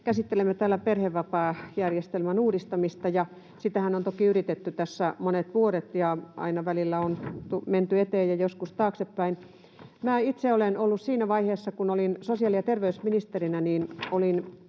Käsittelemme täällä perhevapaajärjestelmän uudistamista. Sitähän on toki yritetty tässä monet vuodet, ja aina välillä on menty eteen- ja joskus taaksepäin. Minä itse olen ollut siinä vaiheessa, kun olin sosiaali- ja terveysministerinä,